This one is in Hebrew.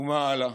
מה הלאה?